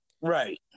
right